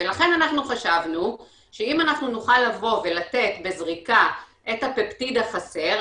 ולכן חשבנו שאם אנחנו נוכל לבוא ולתת בזריקה את הפפטיד החסר,